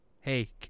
hey